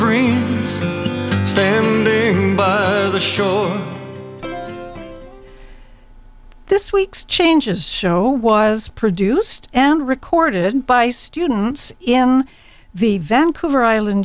green the show this week's changes show was produced and recorded by students in the vancouver island